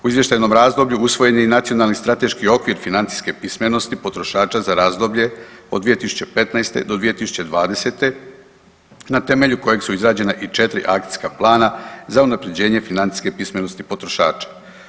U izvještajnom razdoblju usvojen je i Nacionalni strateški okvir financijske pismenosti potrošača za razdoblje od 2015.-2020. na temelju kojeg su izrađena i četiri akcijska plana za unapređenje financijske pismenosti potrošača.